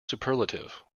superlative